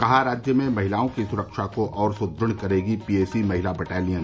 कहा राज्य में महिलाओं की सुरक्षा को और सुदृढ़ करेगी पी ए सी महिला बटालियन